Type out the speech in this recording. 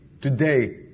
today